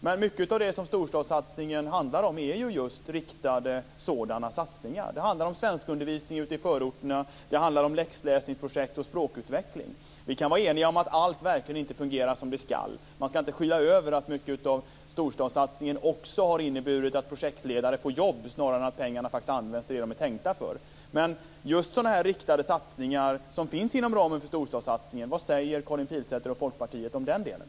Men mycket av det som storstadssatsningen handlar om är just riktade sådana satsningar. Det handlar om svenskundervisning ute i förorterna. Det handlar om läxläsningsprojekt och språkutveckling. Vi kan vara eniga om att allt verkligen inte fungerar som det ska. Vi ska inte skyla över att mycket av storstadssatsningen också har inneburit att projektledare får jobb snarare än att pengarna faktiskt används till det de är tänkta för. Vad säger Karin Pilsäter och Folkpartiet om just sådana riktade satsningar som finns inom ramen för storstadssatsningen?